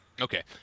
Okay